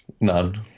None